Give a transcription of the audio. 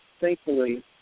thankfully